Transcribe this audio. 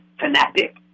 fanatic